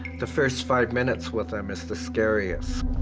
the first five minutes with them is the scariest.